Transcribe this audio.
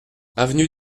avenue